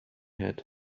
had